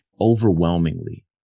overwhelmingly